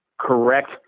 correct